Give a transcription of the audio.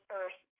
earth